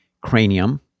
cranium